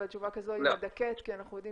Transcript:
אבל תשובה כזו היא מדכאת כי אנחנו יודעים